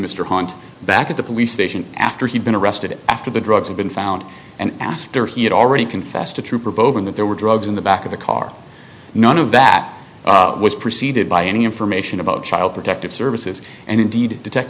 mr hunt back at the police station after he'd been arrested after the drugs have been found and asked her he had already confessed to trooper bove and that there were drugs in the back of the car none of that was preceded by any information about child protective services and indeed detect